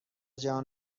جهان